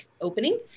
opening